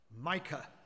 Micah